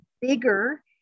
bigger